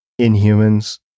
Inhumans